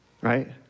Right